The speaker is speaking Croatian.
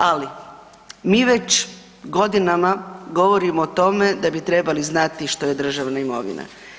Ali mi već godinama govorimo o tome da bi trebali znati što je državna imovina.